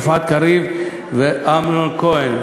יפעת קריב ואמנון כהן,